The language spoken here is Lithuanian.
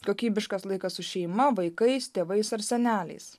kokybiškas laikas su šeima vaikais tėvais ar seneliais